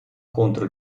contro